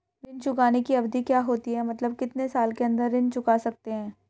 ऋण चुकाने की अवधि क्या होती है मतलब कितने साल के अंदर ऋण चुका सकते हैं?